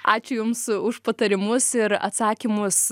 ačiū jums už patarimus ir atsakymus